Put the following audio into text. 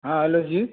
हाँ हैलो जी